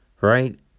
right